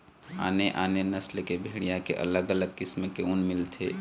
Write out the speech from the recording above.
आने आने नसल के भेड़िया के अलग अलग किसम के ऊन मिलथे